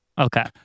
Okay